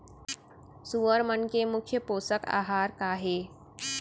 सुअर मन के मुख्य पोसक आहार का हे?